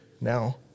Now